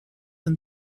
een